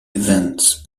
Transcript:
events